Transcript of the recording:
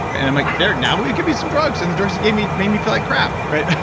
and i'm like, there. now will you give me some drugs and the drugs you gave me made me feel like crap. right?